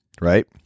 right